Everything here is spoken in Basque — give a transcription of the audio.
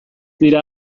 dira